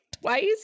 twice